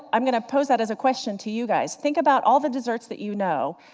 i'm going to pose that as a question to you guys. think about all the desserts that you know,